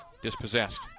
Dispossessed